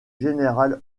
général